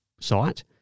site